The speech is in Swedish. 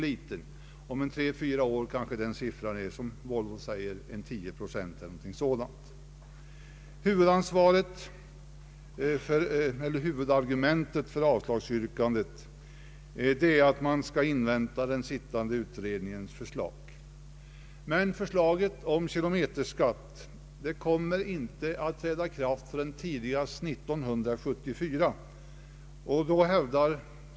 Men om tre, fyra år är det kanske bara 10 procent. Huvudargumentet för avslagsyrkandet är att man vill invänta den sittande utredningens = förslag. Förslaget om övergång till kilometerskatt kommer in te att träda i kraft förrän tidigast 1974.